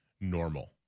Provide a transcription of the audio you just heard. normal